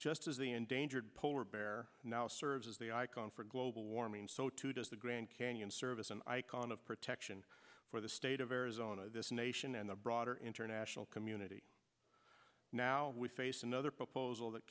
just as the endangered polar bear now serves as the icon for global warming so too does the grand canyon serve as an icon of protection for the state of arizona this nation and the broader international community now we face another proposal that